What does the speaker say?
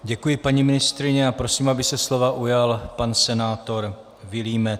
Děkuji, paní ministryně, a prosím, aby se slova ujal pan senátor Vilímec.